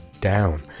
down